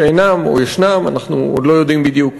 שאינם או ישנם, אנחנו עוד לא יודעים בדיוק,